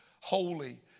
holy